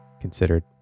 considered